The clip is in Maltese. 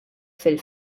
fil